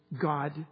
God